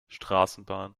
straßenbahn